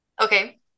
Okay